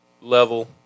level